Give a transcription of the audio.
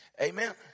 Amen